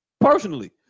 personally